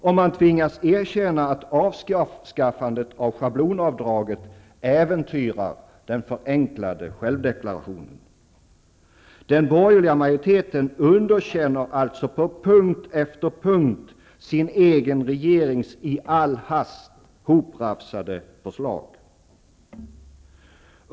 Och man tvingas erkänna att avskaffandet av schablonavdraget äventyrar den förenklade självdeklarationen. Den borgerliga majoriteten underkänner alltså på punkt efter punkt sin egen regerings i all hast hoprafsade förslag.